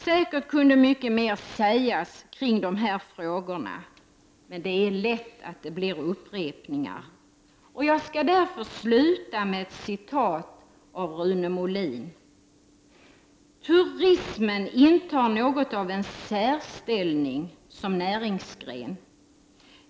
Säkert kunde mycket mer sägas kring de här frågorna, men det blir lätt upprepningar. Jag skall därför sluta med att anföra ett citat av Rune Molin: ”Turismen intar något av en särställning som näringsgren.